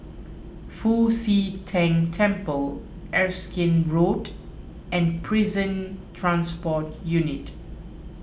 Fu Xi Tang Temple Erskine Road and Prison Transport Unit